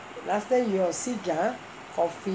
last time you are sick ah coughing